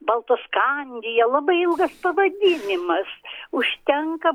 baltoskandija labai ilgas pavadinimas užtenka